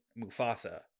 Mufasa